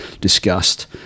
discussed